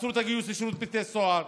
עצרו את הגיוס לשירות בתי הסוהר.